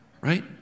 right